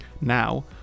Now